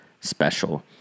special